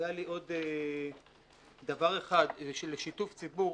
היה לי עוד דבר אחד של שיתוף ציבור.